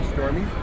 Stormy